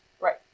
Right